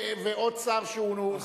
ועוד שר שהוא סגן שר.